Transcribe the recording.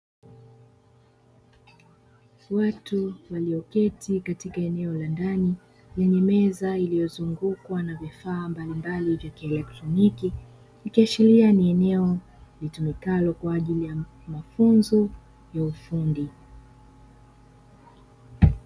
Watu walioketi katika eneo la ndani; lenye meza iliyozungukwa na vifaa mbalimbali vya kieletroniki, ikiashiria ni eneo litumikalo kwa ajili ya mafunzo ya ufundi.